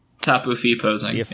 Tapu-fee-posing